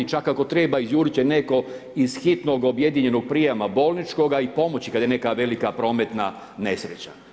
Čak ako treba, izjuriti će netko iz hitnog objedinjenog prijema bolničkoga i pomoći kad je neka velika prometna nesreća.